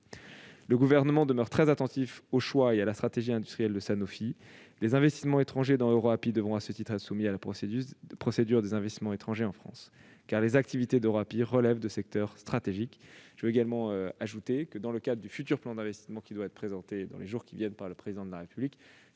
Le Gouvernement demeure très attentif aux choix et à la stratégie industrielle de Sanofi. Les investissements étrangers dans EuroAPI devront à ce titre être soumis à la procédure des « investissements étrangers en France », car les activités d'EuroAPI relèvent de secteurs stratégiques. J'ajoute que, dans le cadre du futur plan d'investissement qui doit être présenté dans les jours à venir par le Président de la République,